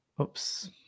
Oops